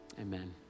amen